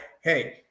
hey